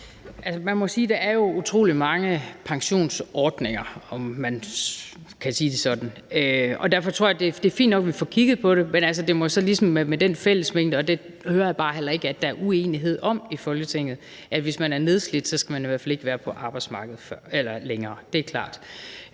man kan sige det sådan, og derfor tror jeg, det er fint nok, at vi får kigget på det, men det må så ligesom være med den fællesmængde – og det hører jeg heller ikke at der er uenighed om i Folketinget – at hvis man er nedslidt, skal man i hvert fald ikke være på arbejdsmarkedet længere. Det er klart.